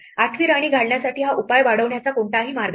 8 वी राणी घालण्यासाठी हा उपाय वाढवण्याचा कोणताही मार्ग नाही